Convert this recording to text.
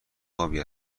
ابی